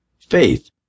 Faith